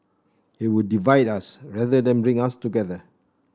it would divide us rather than bring us together